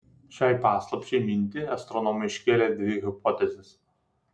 šiai paslapčiai įminti astronomai iškėlė dvi hipotezes